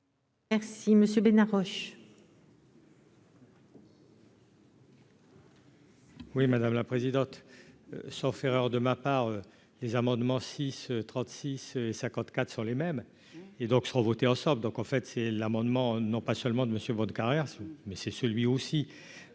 Merci Monsieur Bénard Roche.